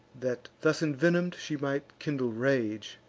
that, thus envenom'd, she might kindle rage,